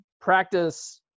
practice